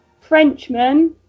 Frenchman